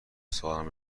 سوالم